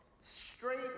Straight